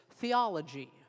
theology